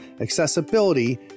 accessibility